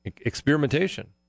experimentation